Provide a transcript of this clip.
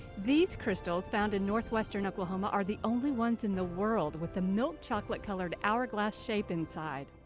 these crystals found in northwestern oklahoma are the only ones in the world with the milk-chocolate colored hour glass shape inside.